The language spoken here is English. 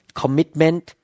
commitment